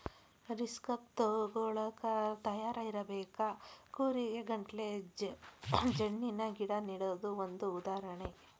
risk ತುಗೋಳಾಕ ತಯಾರ ಇರಬೇಕ, ಕೂರಿಗೆ ಗಟ್ಲೆ ಜಣ್ಣಿನ ಗಿಡಾ ನೆಡುದು ಒಂದ ಉದಾಹರಣೆ